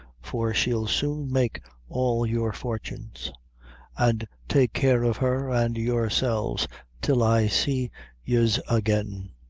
for she'll soon make all your fortunes an' take care of her and yourselves till i see yez again.